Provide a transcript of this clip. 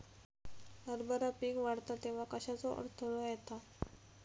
हरभरा पीक वाढता तेव्हा कश्याचो अडथलो येता?